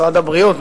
משרד הבריאות,